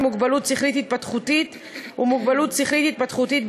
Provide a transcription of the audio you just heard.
מוגבלות שכלית התפתחותית" ו"מוגבלות שכלית התפתחותית",